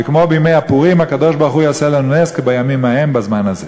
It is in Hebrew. וכמו בימי הפורים הקדוש-ברוך-הוא יעשה לנו נס כבימים ההם בזמן הזה.